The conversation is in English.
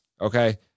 Okay